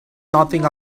nothing